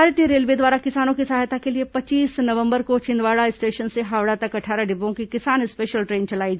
भारतीय रेलवे द्वारा किसानों की सहायता के लिए पच्चीस नवंबर को छिंदवाड़ा स्टेशन से हावड़ा तक अट्ठारह डिब्बों की किसान स्पेशल ट्रेन चलाई जाएगी